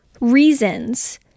reasons